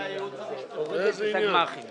זה יהיה על הנשמה שלכם,